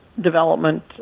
development